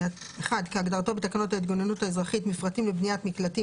כהגדרתו בתקנות ההתגוננות האזרחית (מפרטים לבניית מקלטים),